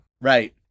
right